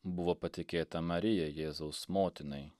buvo patikėta marijai jėzaus motinai